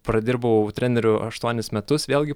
pradirbau treneriu aštuonis metus vėlgi